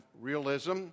realism